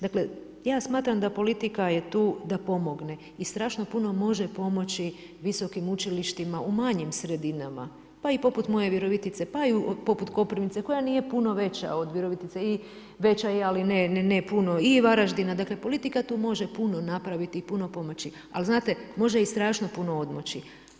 Dakle, ja smatram da politika je tu da pomogne i strašno puno može pomoći visokim učilištima u manjim sredinama, pa i poput moje Virovitice, pa i poput Koprivnice, koja nije puno veća od Virovitice i veća je ali ne puno i Varaždina, dakle, politika tu može puno napraviti i puno pomoći, ali znate može i strašno puno odmoći.